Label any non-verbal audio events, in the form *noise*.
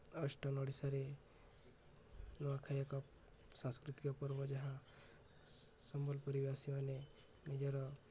*unintelligible* ଓଡ଼ିଶାରେ ନୂଆଖାଇ ଏକ ସାଂସ୍କୃତିକ ପର୍ବ ଯାହା ସମ୍ବଲପୁରୀ ବାସୀମାନେ ନିଜର